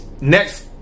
next